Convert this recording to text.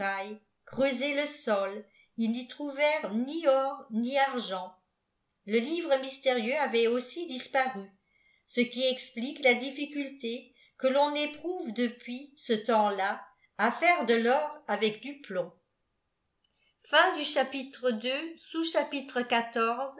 creuser le sol ils n'y trouvèrent ni or ni argent le livre mystérieux avait aussi disparu ce qui explique la difficulté que voa éprouve depuis ce temps-là à faire de l'or avec du plomb